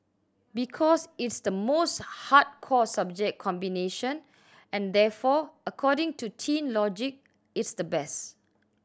because it's the most hardcore subject combination and therefore according to teen logic it's the best